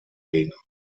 gegenüber